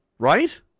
Right